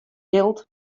jild